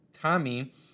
Tommy